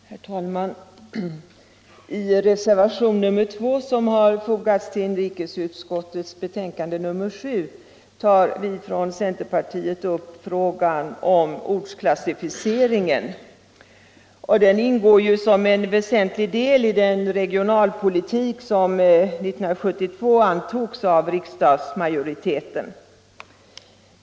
Herr talman! I reservationen 2 som fogats till inrikesutskottets betänkande nr 7 tar vi från centerpartiet upp frågan om ortsklassificeringen. Ortsklassificeringen ingår som en väsentlig del i den regionalpolitik som 1972 antogs av riksdagsmajoriteten.